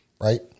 right